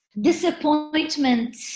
disappointment